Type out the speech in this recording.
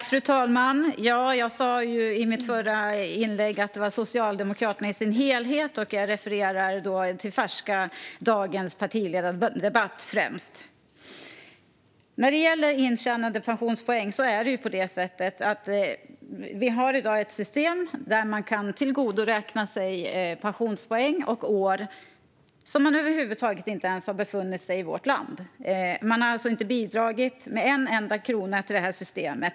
Fru talman! Jag sa i mitt förra inlägg att det handlade om Socialdemokraterna i dess helhet, och jag refererade främst till dagens färska partiledardebatt. Vad gäller intjänade pensionspoäng har vi i dag ett system där man kan tillgodoräkna sig poäng och år då man över huvud taget inte ens har befunnit sig i vårt land. Man har alltså inte bidragit med en enda krona till detta system.